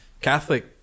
catholic